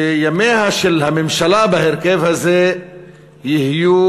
שימיה של הממשלה בהרכב הזה יהיו